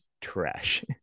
Trash